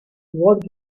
what